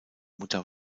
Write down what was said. mutter